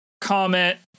comment